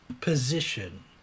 position